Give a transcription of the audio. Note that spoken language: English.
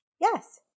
Yes